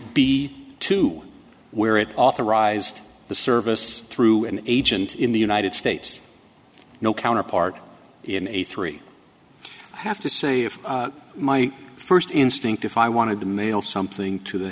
b to where it authorized the service through an agent in the united states no counterpart in a three i have to say of my first instinct if i wanted to mail something to the